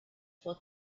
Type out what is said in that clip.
for